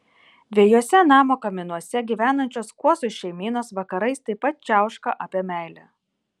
dviejuose namo kaminuose gyvenančios kuosų šeimynos vakarais taip pat čiauška apie meilę